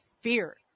Fear